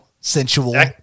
sensual